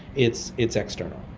it's it's external